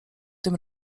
tym